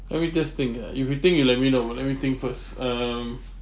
let me just think ah if you think you let me know but let me think first um